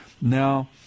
now